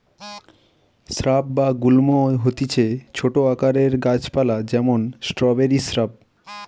shrub বা গুল্ম হতিছে ছোট আকারের গাছ পালা যেমন স্ট্রওবেরি শ্রাব